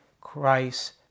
Christ